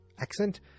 accent